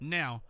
now